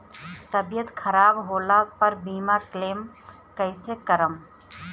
तबियत खराब होला पर बीमा क्लेम कैसे करम?